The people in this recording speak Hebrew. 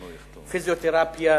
פיזיותרפיה,